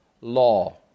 law